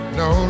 no